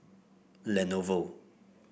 Lenovo